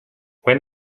when